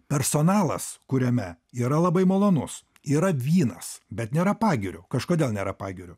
personalas kuriame yra labai malonus yra vynas bet nėra pagirių kažkodėl nėra pagirių